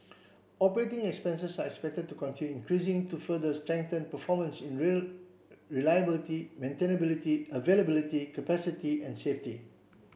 operating expenses are expected to continue increasing to further strengthen performance in rail reliability maintainability availability capacity and safety